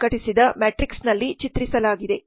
Ansoff ಪ್ರಕಟಿಸಿದ ಮ್ಯಾಟ್ರಿಕ್ಸ್ನಲ್ಲಿ ಚಿತ್ರಿಸಲಾಗಿದೆ